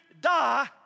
die